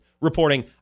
reporting